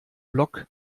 block